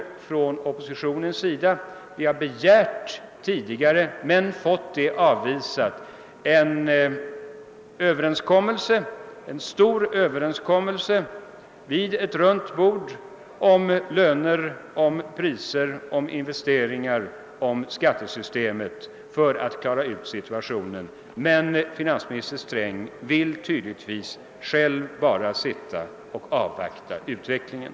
Vi har från oppositionens sida tidigare begärt en stor överenskommelse — träffad vid en rundabordssammankomst — om löner, priser, investeringar och om skattesystemet för att klara ut situationen, men denna begäran har avslagits. Finansministern vill tydligen själv bara sitta och avvakta utvecklingen.